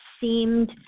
seemed